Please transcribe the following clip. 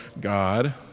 God